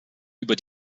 über